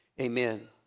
Amen